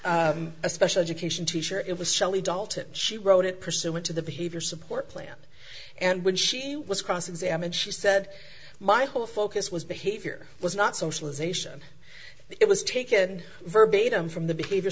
a special education teacher it was shelley dahl tip she wrote it pursuant to the behavior support plan and when she was cross examined she said my whole focus was behavior was not socialization it was taken verbatim from the behavior